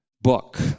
book